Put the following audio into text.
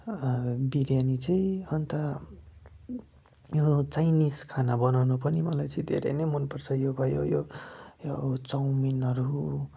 बिर्यानी चाहिँ अन्त यो चाइनिज खाना बनाउनु पनि मलाई चाहिँ धेरै नै मन पर्छ यो भयो यो यो चौमिनहरू